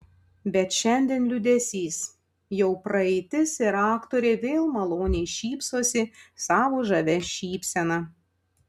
bet šiandien liūdesys jau praeitis ir aktorė vėl maloniai šypsosi savo žavia šypsena